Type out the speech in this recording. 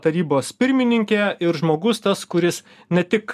tarybos pirmininkė ir žmogus tas kuris ne tik